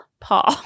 Paul